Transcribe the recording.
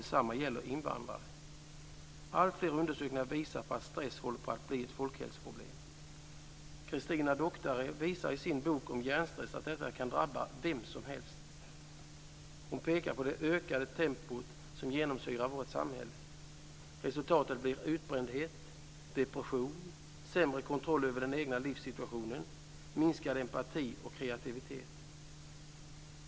Detsamma gäller invandrare. Alltfler undersökningar visar att stress håller på att bli ett folkhälsoproblem. Christina Doctare visar i sin bok om hjärnstress att detta kan drabba vem som helst. Hon pekar på det ökade tempo som genomsyrar vårt samhälle. Resultatet blir utbrändhet, depression, sämre kontroll över den egna livssituationen, minskad empati och kreativitet.